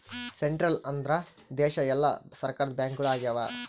central ಅಂದ್ರ ದೇಶದ ಎಲ್ಲಾ ಸರ್ಕಾರದ ಬ್ಯಾಂಕ್ಗಳು ಆಗ್ಯಾವ